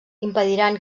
impediran